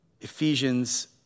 Ephesians